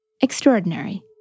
extraordinary